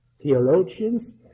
theologians